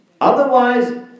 Otherwise